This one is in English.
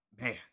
Man